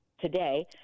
today